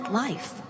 life